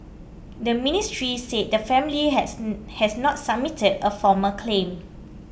the ministry said the family has has not submitted a formal claim